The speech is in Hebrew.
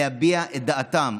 להביע את דעתם.